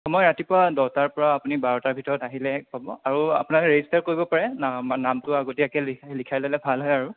সময় ৰাতিপুৱা দহটাৰ পৰা আপুনি বাৰটাৰ ভিতৰত আহিলে হ'ব আৰু আপোনাৰ ৰেজিষ্টাৰ কৰিব পাৰে নাম নামটো আগতীয়াকৈ লিখা লিখাই ল'লে ভাল হয় আৰু